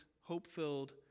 hope-filled